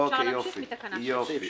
אפשר להמשיך מתקנה 6. יופי.